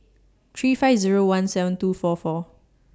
three five Zero one seven two four four